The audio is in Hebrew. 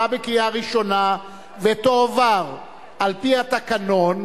(הוראת שעה) עברה בקריאה ראשונה ותועבר על-פי התקנון,